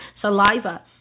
saliva